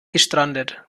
gestrandet